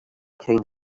kind